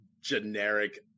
generic